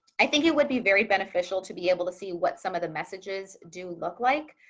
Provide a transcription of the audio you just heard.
i think it would be very beneficial to be able to see what some of the messages do look like.